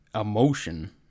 emotion